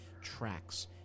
tracks